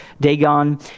Dagon